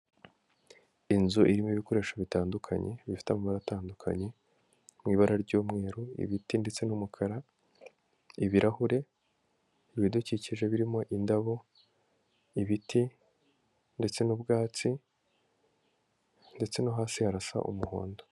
Inzu irimo ibikoresho bitandukanye bifite amara atandukanye mu ibara ry'umweru, ibiti ndetse n'umukara ibirahure, ibidukikije birimo indabo, ibiti ndetse n'ubwatsi ndetse no hasi harasa umuhondo.